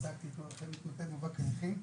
ייצגתי את מטה מאבק הנכים.